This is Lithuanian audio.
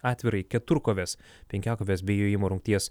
atvirąjį keturkovės penkiakovės be jojimo rungties